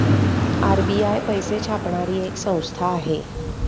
RBI पैसे छापणारी एक संस्था आहे